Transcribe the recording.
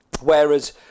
Whereas